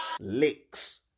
Licks